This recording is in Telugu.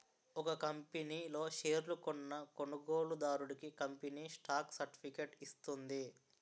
ఒక కంపనీ లో షేర్లు కొన్న కొనుగోలుదారుడికి కంపెనీ స్టాక్ సర్టిఫికేట్ ఇస్తుంది